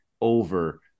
over